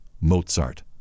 Mozart